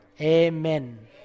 Amen